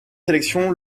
sélection